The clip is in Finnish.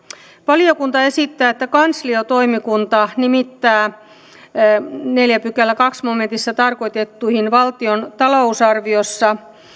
valiokunta esittää että kansliatoimikunta nimittää neljännen pykälän toisessa momentissa tarkoitettuihin valtion talousarviossa